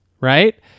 right